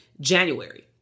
January